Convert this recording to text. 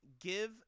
Give –